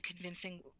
convincing